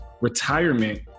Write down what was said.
retirement